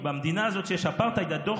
כי במדינה הזאת שיש בה אפרטהייד הדוח